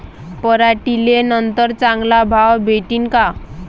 पराटीले नंतर चांगला भाव भेटीन का?